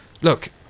Look